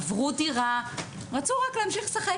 עברו דירה ורצו רק להמשיך לשחק,